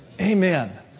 Amen